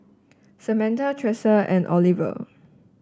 Samantha Thresa and Oliver